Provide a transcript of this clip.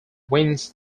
wins